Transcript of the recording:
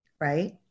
right